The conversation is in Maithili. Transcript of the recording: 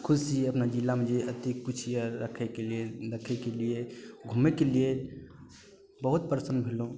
खुश छी अपना जिलामे जे एतेक किछु यऽ देखेके लेल रखेके लिए घूमेके लिए बहुत प्रसन्न भेलहुँ